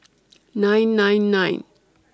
nine nine nine